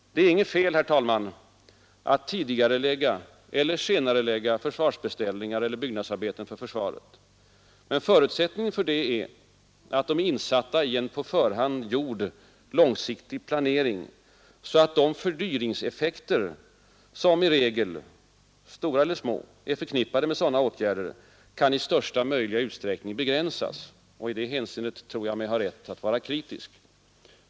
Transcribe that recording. Det är inget fel, herr talman, att tidigarelägga eller senarelägga försvarsbeställningar eller byggnadsarbeten för försvaret. Men förutsättningen för det är att de är insatta i en på förhand gjord långsiktig planering, så att de fördyringseffekter — stora eller små — som i regel är förknippade med sådana åtgärder i största möjliga utsträckning kan begränsas. I det hänseendet tror jag mig ha rätt att vara kritisk.